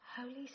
Holy